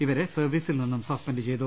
ഇവരെ സർവീസിൽ നിന്നും സസ്പെൻഡ് ചെയ്തു